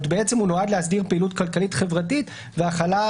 כלומר נועד להסדיר פעילות כלכלית חברתית והחלת